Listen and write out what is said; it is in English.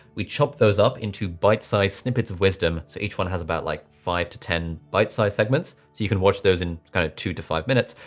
we chop those up into bite size snippets of wisdom. so each one has about like five to ten bite-sized segments. so you can watch those in kind of two to five minutes,